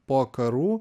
po karų